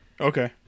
Okay